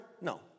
No